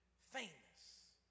famous